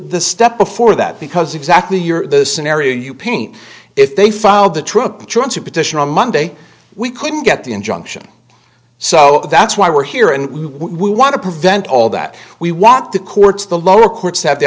the step before that because exactly your scenario you paint if they filed the trooper trying to petition on monday we couldn't get the injunction so that's why we're here and we want to prevent all that we want the courts the lower courts have the